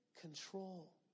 control